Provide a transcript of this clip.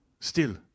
Still